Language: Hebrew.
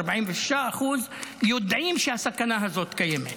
46% יודעים שהסכנה הזאת קיימת.